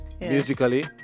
Musically